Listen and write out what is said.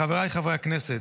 חבריי חברי הכנסת,